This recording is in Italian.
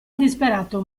disperato